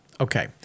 okay